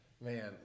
man